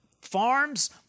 farms